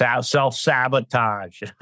self-sabotage